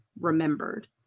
remembered